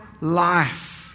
life